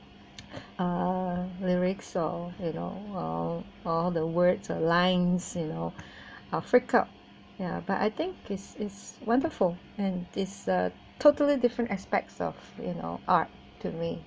uh lyrics so you know all all the words and lines you know I freak out ya but I think this is wonderful and it's a totally different aspect of you know art to me